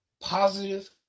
Positive